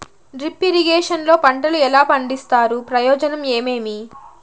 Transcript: Drip irrigation లో పంటలు ఎలా పండిస్తారు ప్రయోజనం ఏమేమి?